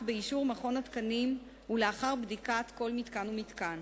באישור מכון התקנים ולאחר בדיקת כל מתקן ומתקן.